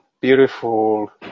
beautiful